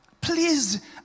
Please